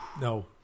no